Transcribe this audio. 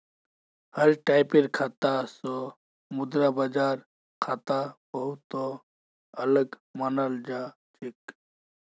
हर टाइपेर खाता स मुद्रा बाजार खाता बहु त अलग मानाल जा छेक